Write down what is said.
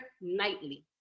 nightly